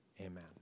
amen